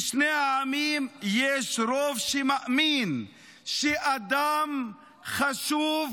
בשני העמים יש רוב שמאמין שאדם חשוב